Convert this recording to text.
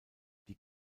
die